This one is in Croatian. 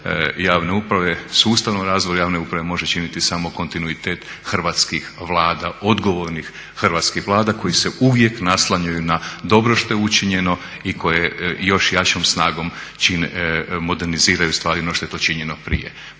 javne uprave, sustavnom razvoju javne uprave može činiti samo kontinuitet hrvatskih Vlada, odgovornih hrvatskih Vlada koje se uvijek naslanjaju na dobro što je učinjeno i koje još jačom snagom moderniziraju stvari no što je to činjeno prije.